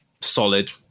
solid